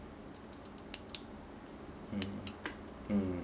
mm mm